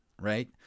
right